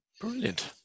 Brilliant